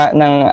ng